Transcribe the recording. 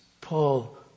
Paul